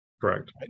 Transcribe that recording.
Correct